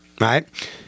right